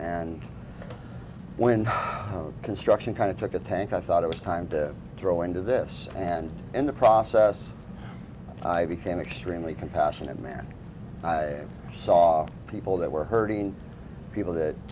and when construction kind of took a tank i thought it was time to throw into this and in the process i became extremely compassionate man i saw people that were hurting people that